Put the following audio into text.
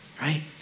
Right